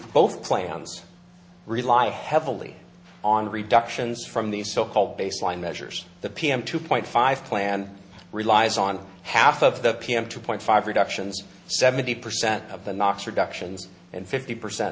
both plans rely heavily on reductions from the so called baseline measures the pm two point five plan relies on half of the pm two point five reductions seventy percent of the nox reductions and fifty percent